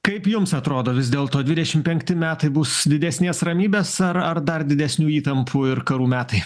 kaip jums atrodo vis dėlto dvidešim penkti metai bus didesnės ramybės ar ar dar didesnių įtampų ir karų metai